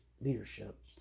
leadership